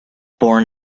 born